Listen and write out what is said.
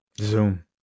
zoom